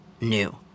new